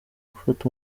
gufata